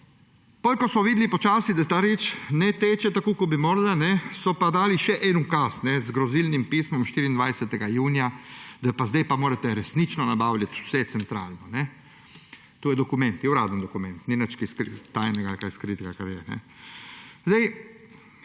počasi videli, da ta reč ne teče tako, kot bi morala, so pa dali še en ukaz z grozilnim pismom 24. junija, da zdaj pa morate resnično nabavljati vse centralno. To je dokument, je uradni dokument, ni nič tajnega ali kaj skritega.